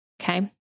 Okay